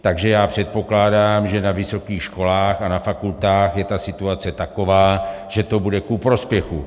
Takže předpokládám, že na vysokých školách a na fakultách je ta situace taková, že to bude ku prospěchu.